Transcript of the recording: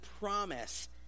promise